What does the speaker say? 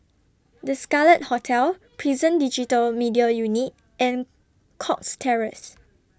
The Scarlet Hotel Prison Digital Media Unit and Cox Terrace